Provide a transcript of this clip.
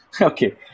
Okay